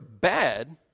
bad